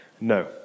No